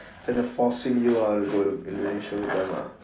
so they're forcing you ah to go indonesia with them